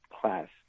class